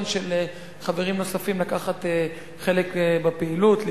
של חברים נוספים לקחת חלק בפעילות,